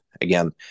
again